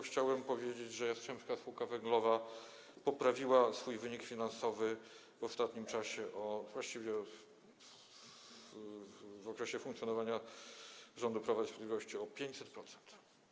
Chciałem powiedzieć, że Jastrzębska Spółka Węglowa poprawiła swój wynik finansowy w ostatnim czasie, właściwie w okresie funkcjonowania rządu Prawa i Sprawiedliwości, o 500%.